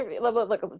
look